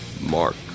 Mark